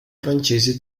francese